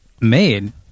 made